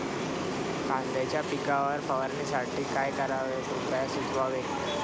कांद्यांच्या पिकावर फवारणीसाठी काय करावे कृपया सुचवावे